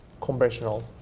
conventional